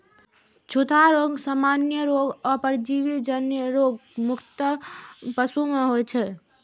छूतहा रोग, सामान्य रोग आ परजीवी जन्य रोग मुख्यतः पशु मे होइ छै